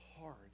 hard